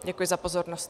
Děkuji za pozornost.